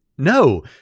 No